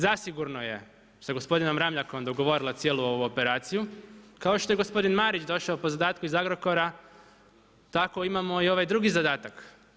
Zasigurno je sa gospodinom Ramljakom dogovorila cijelu ovu operaciju, kao što je gospodin Marić došao po zadatku iz Agrokora, tako imamo i ovaj drugi zadatak.